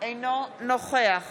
אינו נוכח